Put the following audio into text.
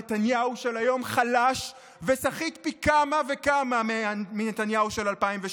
נתניהו של היום חלש וסחיט פי כמה וכמה מנתניהו של 2018,